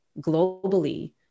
globally